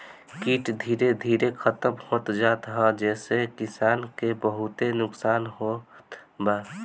कीट धीरे धीरे खतम होत जात ह जेसे किसान के बहुते नुकसान होत बा